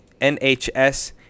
NHS